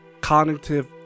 cognitive